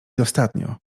dostatnio